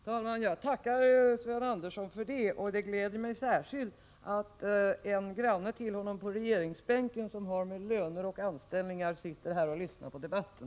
Herr talman! Jag tackar Sten Andersson för det. Det gläder mig särskilt att en granne till honom på regeringsbänken som har hand om löner och anställningar sitter här och lyssnar på debatten.